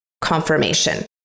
confirmation